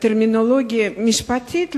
בטרמינולוגיה משפטית למתורגמנים.